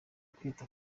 kwita